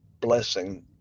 blessing